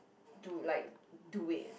to like do it